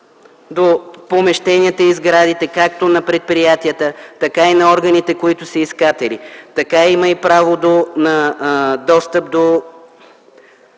до помещенията и сградите както на предприятията, така и на органите, които са искатели. Всъщност достъп до